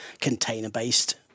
container-based